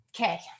Okay